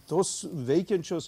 tos veikiančios